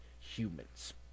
humans